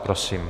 Prosím.